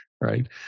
right